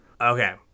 Okay